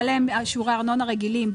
בהן הוא ישלם שיעורי ארנונה רגילים,